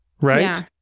right